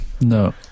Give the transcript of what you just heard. No